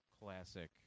Classic